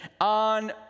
on